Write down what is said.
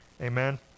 Amen